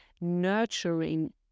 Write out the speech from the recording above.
nurturing